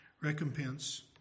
recompense